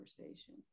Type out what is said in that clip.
conversation